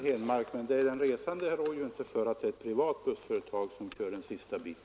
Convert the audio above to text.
Herr talman! Men den resande rår ju inte för att det är ett privat bussföretag som kör den sista biten.